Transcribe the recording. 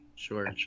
Sure